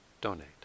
donate